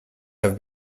have